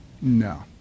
No